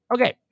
Okay